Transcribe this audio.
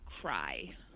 cry